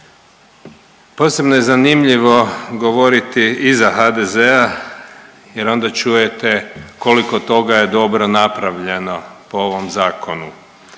Posebno je zanimljivo govoriti iza HDZ-a jer onda čujete koliko toga je dobro napravljeno po ovom zakonu,